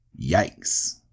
Yikes